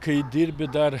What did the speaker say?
kai dirbi dar